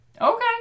Okay